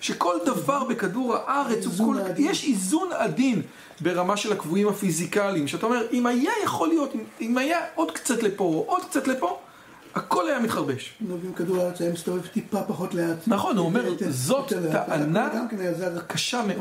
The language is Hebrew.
שכל דבר בכדור הארץ יש איזון עדין ברמה של הקבועים הפיזיקליים שאתה אומר, אם היה יכול להיות אם היה עוד קצת לפה או עוד קצת לפה הכל היה מתחרבש כדור הארץ היה מסתובב טיפה פחות לאט נכון, הוא אומר, זאת טענה גם כן היה זז קשה מאוד